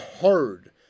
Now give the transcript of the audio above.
hard